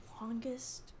longest